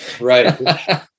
right